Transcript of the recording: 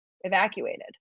evacuated